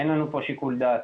אין לנו פה שיקול דעת.